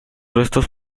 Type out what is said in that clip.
restos